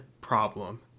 problem